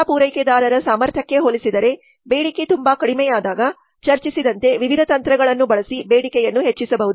ಸೇವಾ ಪೂರೈಕೆದಾರರ ಸಾಮರ್ಥ್ಯಕ್ಕೆ ಹೋಲಿಸಿದರೆ ಬೇಡಿಕೆ ತುಂಬಾ ಕಡಿಮೆಯಾದಾಗ ಚರ್ಚಿಸಿದಂತೆ ವಿವಿಧ ತಂತ್ರಗಳನ್ನು ಬಳಸಿ ಬೇಡಿಕೆಯನ್ನು ಹೆಚ್ಚಿಸಬಹುದು